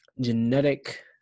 genetic